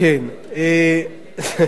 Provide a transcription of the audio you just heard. כן, בדיוק.